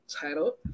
title